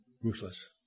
ruthless